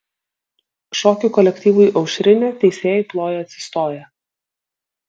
šokių kolektyvui aušrinė teisėjai plojo atsistoję